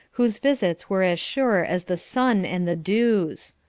whose visits were as sure as the sun and the dews.